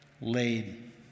laid